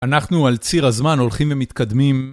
אנחנו על ציר הזמן הולכים ומתקדמים